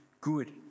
good